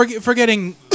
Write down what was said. forgetting